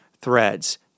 Threads